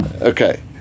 okay